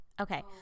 Okay